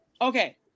Okay